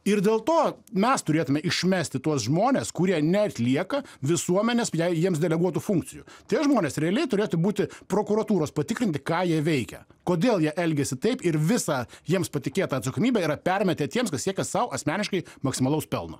ir dėl to mes turėtume išmesti tuos žmones kurie neatlieka visuomenės jei jiems deleguotų funkcijų tie žmonės realiai turėtų būti prokuratūros patikrinti ką jie veikia kodėl jie elgiasi taip ir visą jiems patikėtą atsakomybę yra permetę tiems kas siekia sau asmeniškai maksimalaus pelno